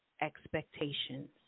expectations